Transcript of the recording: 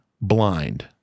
blind